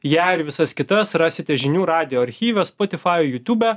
ją ir visas kitas rasite žinių radijo archyve spotify jutūbe